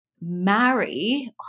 Marry